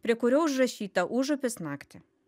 prie kurio užrašyta užupis naktį